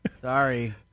Sorry